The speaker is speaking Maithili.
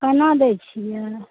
कोना दै छिए